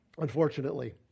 Unfortunately